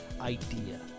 idea